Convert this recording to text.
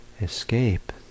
escape